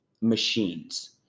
machines